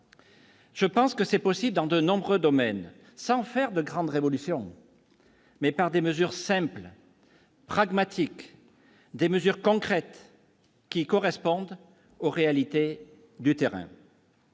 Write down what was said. Je pense que c'est possible dans de nombreux domaines, sans faire de grandes révolutions mais par des mesures simples, pragmatiques, des mesures concrètes qui correspondent aux réalités du terrain.